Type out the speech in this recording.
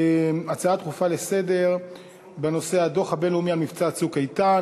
הצעות דחופות לסדר-היום בנושא: הדוח הבין-לאומי על מבצע "צוק איתן",